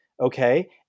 Okay